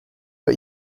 but